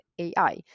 AI